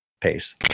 pace